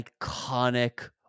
iconic